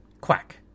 Quack